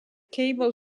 cable